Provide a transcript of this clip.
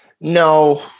No